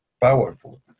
powerful